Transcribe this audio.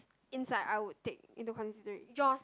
inside I would take into consideration yours